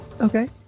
Okay